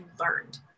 learned